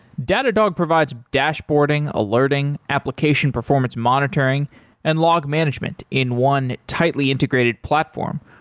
datadog provides dashboarding, alerting, application performance monitoring and log management in one tightly integrated platform,